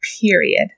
period